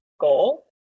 goal